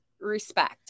respect